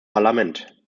parlament